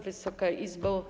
Wysoka Izbo!